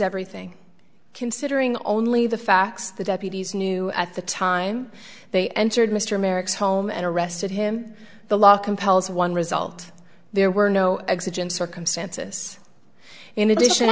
everything considering only the facts the deputies knew at the time they entered mr merrick's home and arrested him the law compels one result there were no exemptions circumstances in addition